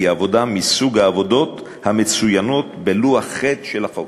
היא עבודה מסוג העבודות המצוינות בלוח ח' של החוק.